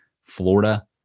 Florida